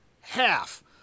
half